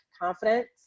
confidence